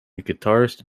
guitarist